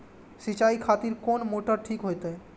सीचाई खातिर कोन मोटर ठीक होते?